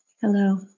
Hello